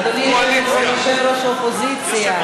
אדוני יושב-ראש האופוזיציה.